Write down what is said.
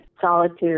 solitude